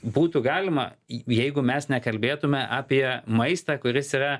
būtų galima jeigu mes nekalbėtumė apie maistą kuris yra